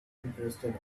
interested